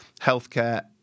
healthcare